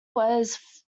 was